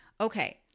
Okay